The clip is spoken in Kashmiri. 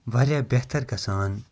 واریاہ بہتر گَژھان